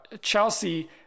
Chelsea